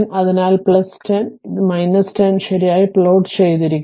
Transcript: അതിനാൽ ഇത് 10 ഇതാണ് 10 ഇത് ശരിയായി പ്ലോട്ട് ചെയ്തിരിക്കുന്നു